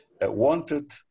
wanted